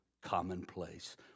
commonplace